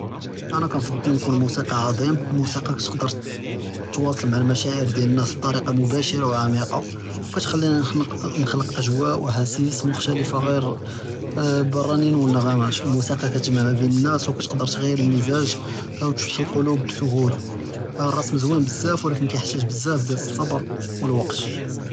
אני כנג’בּל נكون מוסיקי עזים, אלמוסיקי כתقدر תתוואסל מע אלמחשאר דיאל אלناس ביטאריקה דיראקטה ועמיקה, וכתכליני נחרנ’ק נחלק אג’וואא ואהאסיס מכתלעפה. ג’יר אה בלרנין ואלנג’מאט, אלמוסיקי כתג’מע בין אלناس וכתقدر ת’אייר אלמיזאז’ ו’תפתח אללוב ביס’לה. אלרסם ז’וין בזאף ולקין קיהתאג’ בזאף דיאל אלסבר ואלוואקט.